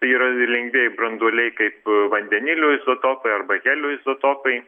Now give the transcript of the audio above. tai yra lengvieji branduoliai kaip vandenilio izotopai arba helio izotopai